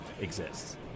exists